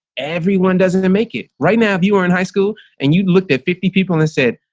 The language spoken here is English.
everyone doesn't make it right now, if you were in high school, and you looked at fifty people and said,